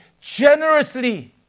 generously